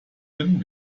bin